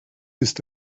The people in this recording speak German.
ist